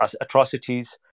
atrocities